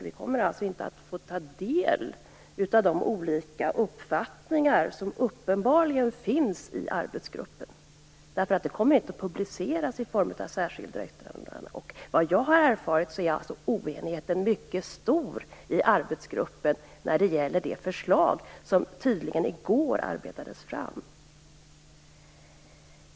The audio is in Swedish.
Vi kommer alltså inte att få ta del av de olika uppfattningar som uppenbarligen finns i arbetsgruppen. Dessa kommer inte att publiceras i form av särskilda yttrande, och vad jag har erfarit är oenigheten i arbetsgruppen mycket stor när det gäller det förslag som tydligen arbetades fram i går.